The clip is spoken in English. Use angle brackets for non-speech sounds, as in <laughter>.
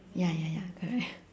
ya ya ya correct <breath>